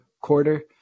quarter